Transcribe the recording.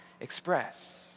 express